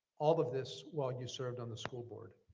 all of this while you served on the school board.